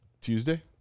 Tuesday